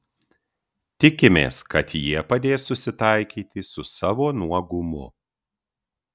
tikimės kad jie padės susitaikyti su savo nuogumu